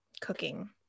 cooking